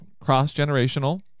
cross-generational